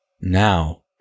Now